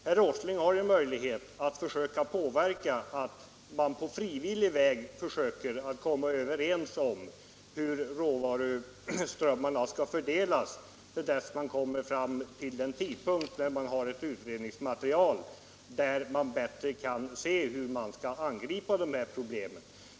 Herr Åsling har ju möjlighet att försöka påverka de berörda parterna så att de på frivillig väg försöker komma överens om hur råvaruströmmen skall fördelas till dess det finns ett utredningsmaterial för bedömning av hur problemet skall angripas.